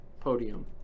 podium